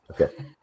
Okay